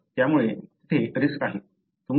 तर त्यामुळे तेथे रिस्क आहे